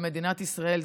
במדינת ישראל.